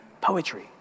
poetry